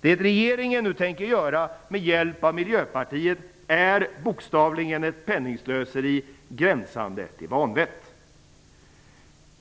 Vad regeringen nu tänker åstadkomma med hjälp av Miljöpartiet är bokstavligen ett penningslöseri gränsande till vanvett!